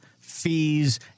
fees